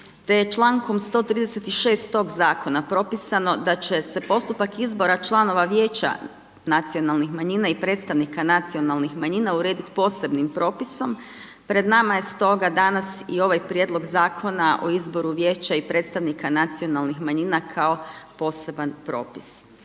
te je člankom 136. tog zakona propisano da će se postupak izbora članova vijeća nacionalnih manjina i predstavnika nacionalnih manjina urediti posebnim propisom, pred nama je stoga danas i ovaj Prijedlog Zakona o izboru vijeća i predstavnika nacionalnih manjina kao poseban propis.